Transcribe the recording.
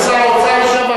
ושר האוצר לשעבר,